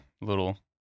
little